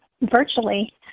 virtually